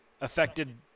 affected